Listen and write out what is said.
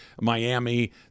Miami